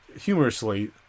humorously